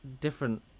different